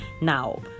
Now